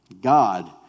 God